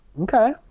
Okay